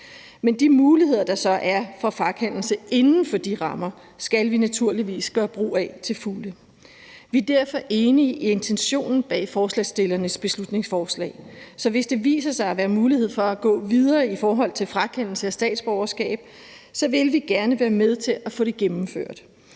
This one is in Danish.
Men de muligheder, der så er for frakendelse inden for de rammer, skal vi naturligvis gøre brug af til fulde. Vi er derfor enige i intentionen bag forslagsstillernes beslutningsforslag. Så hvis der viser sig at være mulighed for at gå videre i forhold til frakendelse af statsborgerskab, vil vi gerne være med til at få det gennemført.